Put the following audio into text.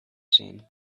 seen